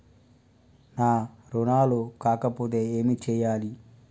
నా రుణాలు కాకపోతే ఏమి చేయాలి?